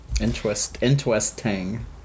interesting